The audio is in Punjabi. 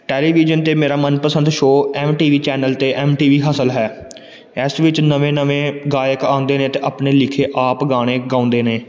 ਟੈਲੀਵਿਜ਼ਨ 'ਤੇ ਮੇਰਾ ਮਨਪਸੰਦ show M T V channel 'ਤੇ ਐਮ ਟੀ ਵੀ ਹਸਲ ਹੈ ਇਸ ਵਿੱਚ ਨਵੇਂ ਨਵੇਂ ਗਾਇਕ ਆਉਂਦੇ ਨੇ ਅਤੇ ਆਪਣੇ ਲਿਖੇ ਆਪ ਗਾਣੇ ਗਾਉਂਦੇ ਨੇ